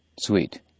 sweet